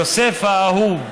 יוסף האהוב,